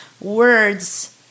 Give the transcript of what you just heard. words